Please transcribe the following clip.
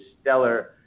stellar